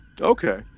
okay